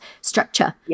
structure